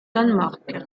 danemark